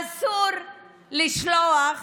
אסור לשלוח